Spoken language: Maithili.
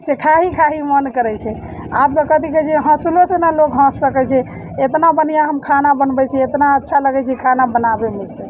से खाही खाही मन करैत छै आब तऽ कथि कहैत छियै हँसलो से नहि लोक हँस सकैत छै इतना बढ़िआँ हम खाना बनबैत छियै इतना अच्छा लगैत छै खाना बनाबैमे से